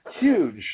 huge